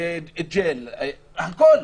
ג'ל, הכול.